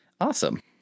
awesome